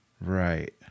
Right